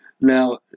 Now